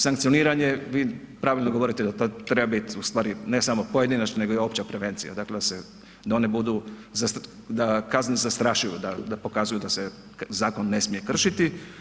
Sankcioniranje vi u pravilu govorite da to treba biti ne samo pojedinačna nego i opća prevencija dakle da one budu, da kazne zastrašuju, da pokazuju da se zakon ne smije kršiti.